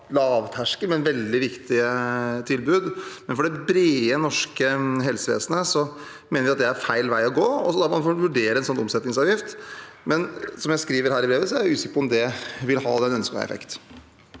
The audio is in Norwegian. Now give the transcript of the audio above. lavterskel, men veldig viktige tilbud. For det brede norske helsevesenet mener vi at det er feil vei å gå, og da må man vurdere en sånn omsetningsavgift, men som jeg skriver i brevet, er jeg usikker på om det vil ha den ønskede effekten.